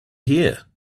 here